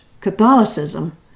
Catholicism